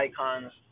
icons